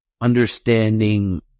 understanding